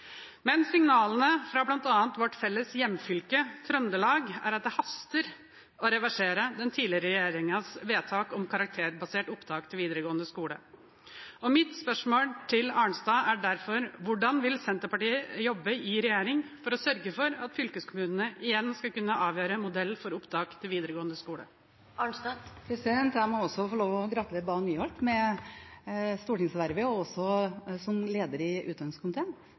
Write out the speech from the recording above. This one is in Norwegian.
Men signalene fra bl.a. vårt felles hjemfylke, Trøndelag, er at det haster å reversere den tidligere regjeringens vedtak om karakterbasert opptak til videregående skole. Mitt spørsmål til representanten Arnstad er derfor: Hvordan vil Senterpartiet jobbe i regjering for å sørge for at fylkeskommunene igjen skal kunne avgjøre modell for opptak til videregående skole? Jeg må også få lov til å gratulere representanten Bae Nyholt med stortingsvervet og også som leder i utdanningskomiteen.